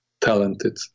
talented